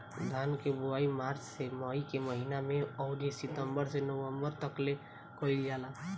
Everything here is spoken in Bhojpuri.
धान के बोआई मार्च से मई के महीना में अउरी सितंबर से नवंबर तकले कईल जाला